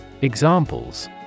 Examples